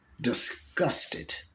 disgusted